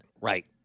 Right